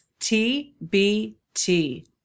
TBT